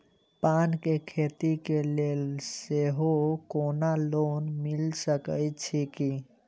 पान केँ खेती केँ लेल सेहो कोनो लोन मिल सकै छी की?